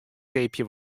keapje